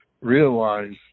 realize